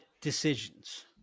decisions